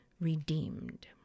redeemed